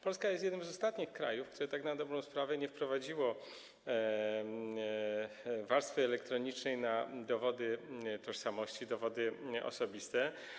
Polska jest jednym z ostatnich krajów, który tak na dobrą sprawę nie wprowadził warstwy elektronicznej na dowody tożsamości, dowody osobiste.